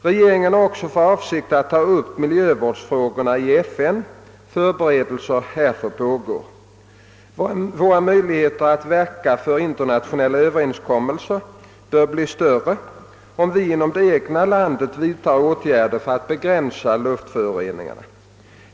Regeringen har också för avsikt att ta upp miljövårdsfrågorna i FN. Förberedelser härför pågår. Våra möjligheter att verka för internationella överenskommelser bör bli större, om vi inom det egna landet vidtar åtgärder för att begränsa luftföroreningarna.